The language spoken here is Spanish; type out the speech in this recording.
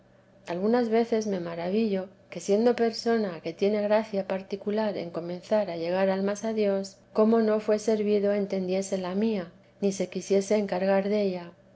algunas veces me maravillo que siendo persona que tiene gracia particular en comenzar a llegar almas a dios como no fué servido entendiese la mía ni se quisiese encargar della